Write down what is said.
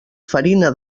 farina